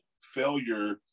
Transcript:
failure